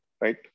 right